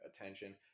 attention